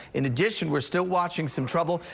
in addition, we're still watching some trouble.